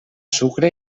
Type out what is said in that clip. sucre